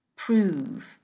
prove